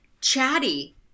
chatty